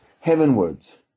heavenwards